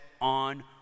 on